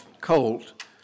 colt